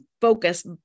focus